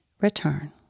return